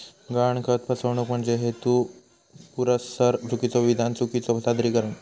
गहाणखत फसवणूक म्हणजे हेतुपुरस्सर चुकीचो विधान, चुकीचो सादरीकरण